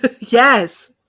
Yes